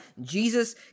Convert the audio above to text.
Jesus